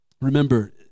Remember